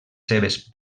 seves